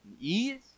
ease